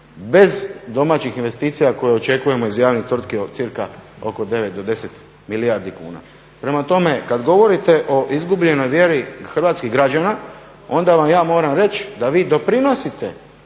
bez domaćih investicija koje očekujemo iz javne tvrtke, cca oko 9 do 10 milijardi kuna. Prema tome, kad govorite o izgubljenoj vjeri hrvatskih građana onda vam ja moram reći da vi doprinosite